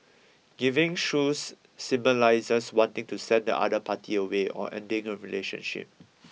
giving shoes symbolises wanting to send the other party away or ending a relationship